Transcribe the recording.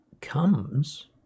comes